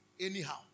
Anyhow